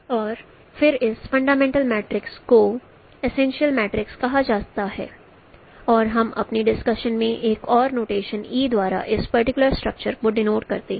FtXR और फिर इस फंडामेंटल मैट्रिक्स को एसेंशियल मैट्रिक्स कहा जाता है और हम अपनी डिस्कशन में एक और नोटेशन E द्वारा इस पर्टिकुलर स्ट्रक्चर को डिनोट करते हैं